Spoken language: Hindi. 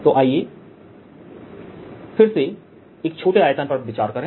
तो आइए फिर से एक छोटे आयतन पर विचार करें